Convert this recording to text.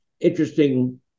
interesting